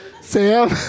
Sam